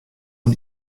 oan